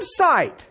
website